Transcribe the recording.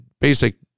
basic